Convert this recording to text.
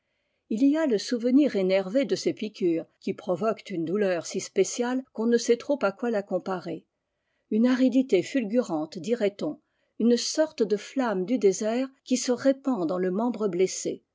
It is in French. il y a le souvenir énervé de ces piqûres qui provoquent une douleur si spéciale qu'on ne sait trop à quoi la comparer une aridité fulgurante dirait-on une sorte de flamme du désert qui se répand dans le membre blessé